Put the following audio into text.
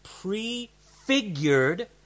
prefigured